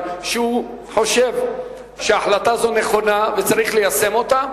שהוא חושב שהחלטה זו נכונה וצריך ליישם אותה.